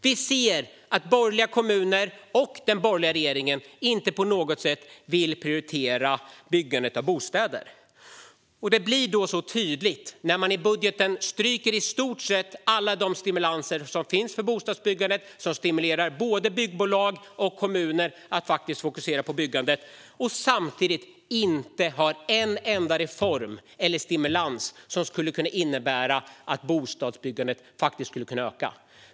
Vi ser att borgerliga kommuner, liksom den tidigare borgerliga regeringen gjorde, inte på något sätt prioriterar byggandet av bostäder. Det blir tydligt när man i budgeten stryker i stort sett alla stimulanser för bostadsbyggande som finns för att få både byggbolag och kommuner att fokusera på byggande. Samtidigt har man inte en enda reform eller stimulans som skulle kunna innebära att bostadsbyggandet kan öka.